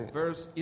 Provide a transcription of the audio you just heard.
verse